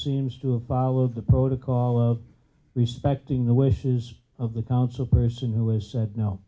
seems to follow the protocol of respecting the wishes of the council person who has said no